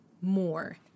more